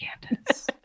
Candace